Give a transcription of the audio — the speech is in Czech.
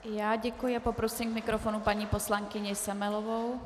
I já děkuji a poprosím k mikrofonu paní poslankyni Semelovou.